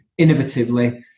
innovatively